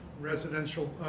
residential